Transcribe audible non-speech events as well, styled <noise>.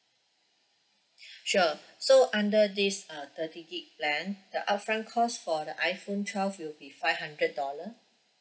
<breath> sure so under this uh thirty gig plan the upfront cost for the iPhone twelve will be five hundred dollar